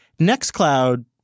NextCloud